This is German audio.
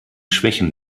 schwächen